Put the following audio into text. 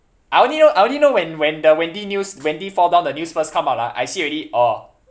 I only know I only know when when the wendy news wendy fall down the news first come out lah I see already oh